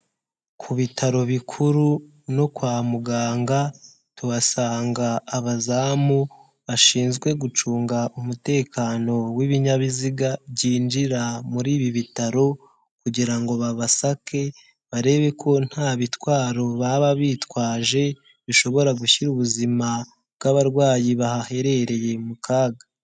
Ku bitaro bikuru no kwa muganga tuhasanga abazamu bashinzwe gucunga umutekano w'ibinyabiziga byinjira muri ibi bitaro, kugira ngo babasake barebe ko nta bitwaro baba bitwaje bishobora gushyira ubuzima bw'abarwayi bahaherereye mu kaga.